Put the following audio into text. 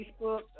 Facebook